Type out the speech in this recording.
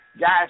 guys